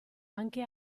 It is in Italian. anche